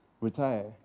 retire